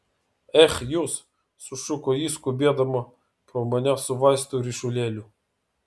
ech jūs sušuko ji skubėdama pro mane su vaistų ryšulėliu